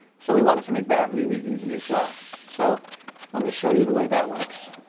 so we wanted to make that really easy, as well. so let me show you the way that works.